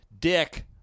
dick